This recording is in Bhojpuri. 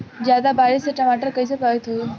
ज्यादा बारिस से टमाटर कइसे प्रभावित होयी?